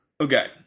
Okay